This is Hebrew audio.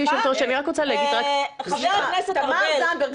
חבר הכנסת ארבל,